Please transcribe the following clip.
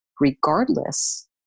regardless